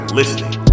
listening